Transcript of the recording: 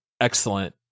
excellent